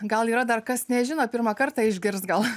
gal yra dar kas nežino pirmą kartą išgirs gal